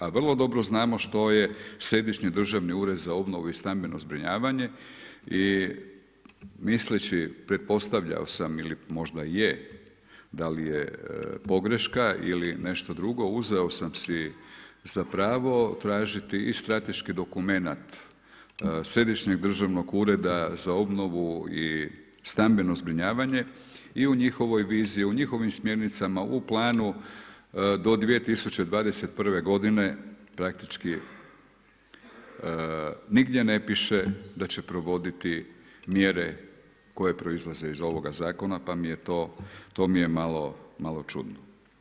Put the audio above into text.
A vrlo dobro znamo što je središnji državni ured za obnovu i stambeno zbrinjavanje i misleći pretpostavljao sam ili možda je, da li je pogreška ili nešto drugo, uzeo sam si za pravo tražiti i strateški dokument središnjeg državnog ureda za obnovu i stambeno zbrinjavanje i u njihovoj viziji, u njihovim smjernicama, u planu do 2021. godine, praktički nigdje ne piše da će provoditi mjere koje proizlaze iz ovoga Zakona, pa mi je to, to mi je malo čudno.